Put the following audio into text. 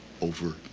over